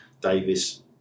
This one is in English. Davis